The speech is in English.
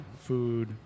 food